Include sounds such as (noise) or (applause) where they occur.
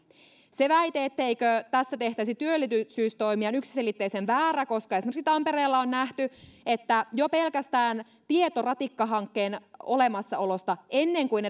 se väite etteikö tässä tehtäisi työllisyystoimia on yksiselitteisen väärä koska esimerkiksi tampereella on nähty että jo pelkästään tieto ratikkahankkeen olemassaolosta ennen kuin (unintelligible)